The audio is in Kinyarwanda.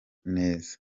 neza